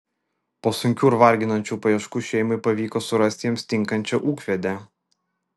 po sunkių ir varginančių paieškų šeimai pavyko surasti jiems tinkančią ūkvedę